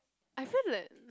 I feel like